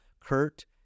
Kurt